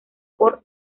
por